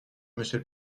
monsieur